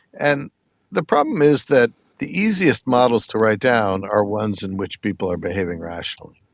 and the problem is that the easiest models to write down are ones in which people are behaving rationally.